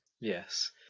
yes